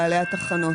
בעלי התחנות.